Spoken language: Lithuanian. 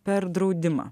per draudimą